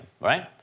right